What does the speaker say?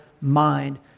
mind